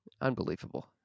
Unbelievable